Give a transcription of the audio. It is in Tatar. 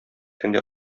көндә